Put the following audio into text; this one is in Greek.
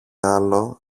άλλο